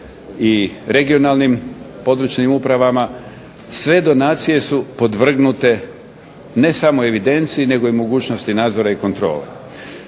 i regionalnim područnim upravama, sve donacije su podvrgnute ne samo evidenciji nego i mogućnosti nadzora i kontrole.